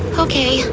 okay,